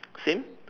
same